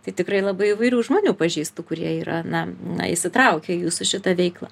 tai tikrai labai įvairių žmonių pažįstu kurie yra na na įsitraukę į jūsų šitą veiklą